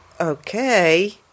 okay